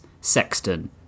Sexton